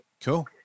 Cool